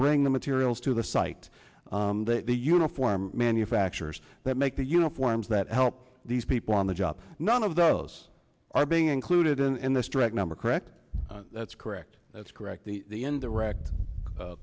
bring the materials to the site the uniform manufacturers that make the uniforms that help these people on the job none of those are being included in this direct number correct that's correct that's correct the indirect